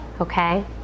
Okay